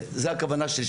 זה הכוונה שלי,